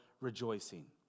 rejoicing